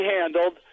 handled